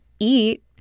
Eat